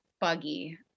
buggy